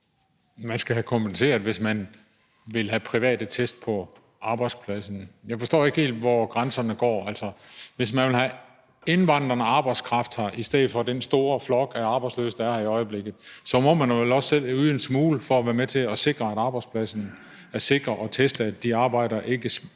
man skal kompenseres, hvis man skal have private test på arbejdspladsen. Jeg forstår ikke helt, hvor grænserne går. Hvis man vil have indvandrende arbejdskraft i stedet for den store flok af arbejdsløse, der er i øjeblikket, så må man vel også selv yde en smule for at være med til at sikre, at arbejdspladsen er sikker, og teste, at de arbejdere ikke bringer